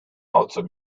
also